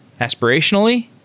Aspirationally